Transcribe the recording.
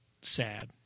sad